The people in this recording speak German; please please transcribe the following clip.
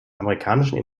amerikanischen